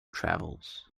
travels